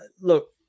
Look